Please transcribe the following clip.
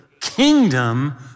kingdom